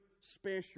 special